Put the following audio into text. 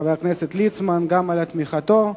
חבר הכנסת ליצמן, על תמיכתו.